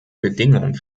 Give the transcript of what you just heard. bedingung